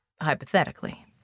Hypothetically